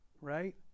right